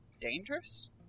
dangerous